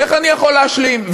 ואיך אני יכול להשלים?